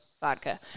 vodka